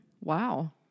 Wow